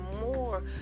more